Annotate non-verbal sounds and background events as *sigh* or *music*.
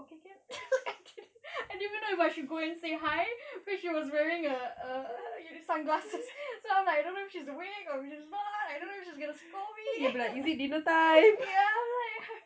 okay can *laughs* I didn't even know if I should go and say hi cause she was wearing a a sunglasses so I'm like I don't know if she's awake or she's not I don't know if she's gonna scold me ya I was like